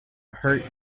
hurt